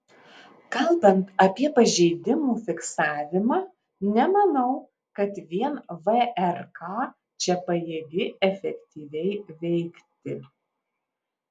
kalbant apie pažeidimų fiksavimą nemanau kad vien vrk čia pajėgi efektyviai veikti